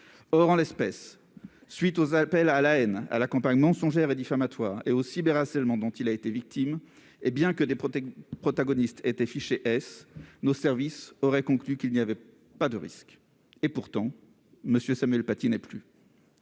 Or, en l'espèce, à la suite des appels à la haine, de la campagne mensongère et diffamatoire et du cyberharcèlement dont ce professeur a été victime, et bien que des protagonistes soient fichés « S », nos services auraient conclu qu'il n'y avait pas de risque. Et pourtant, Samuel Paty n'est plus